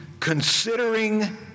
considering